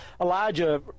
Elijah